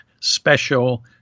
special